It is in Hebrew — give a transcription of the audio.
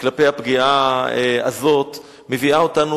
מהפגיעה הזאת מביאים אותנו,